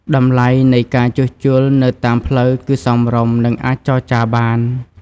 តម្លៃនៃការជួសជុលនៅតាមផ្លូវគឺសមរម្យនិងអាចចរចាបាន។